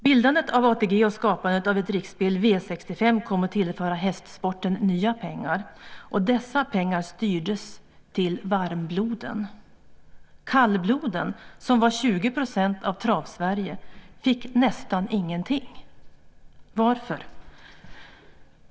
Bildandet av ATG och skapandet av ett riksspel, V 65, kom att tillföra hästsporten nya pengar, och dessa pengar styrdes till varmbloden. Kallbloden, som utgjorde 20 % av Trav-Sverige, fick nästan ingenting. Varför?